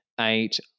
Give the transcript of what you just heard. eight